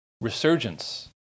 resurgence